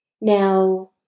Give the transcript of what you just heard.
Now